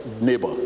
neighbor